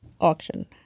Auction